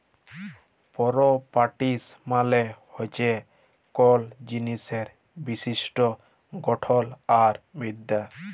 properties মালে হছে কল জিলিসের বৈশিষ্ট গঠল আর বিদ্যা